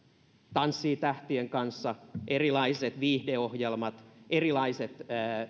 tanssii tähtien kanssa erilaiset viihdeohjelmat erilaiset